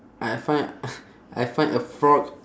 I find I find a frog